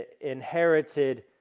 inherited